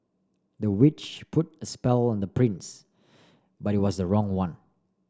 the witch put a spell on the prince but it was the wrong one